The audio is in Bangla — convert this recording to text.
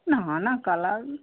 না না কালার